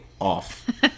off